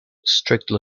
strictly